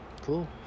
cool